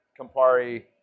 Campari